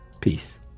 Peace